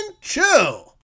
chill